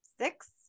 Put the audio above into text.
six